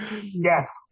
Yes